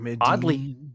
Oddly